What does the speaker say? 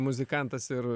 muzikantas ir